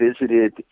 visited